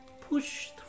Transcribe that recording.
push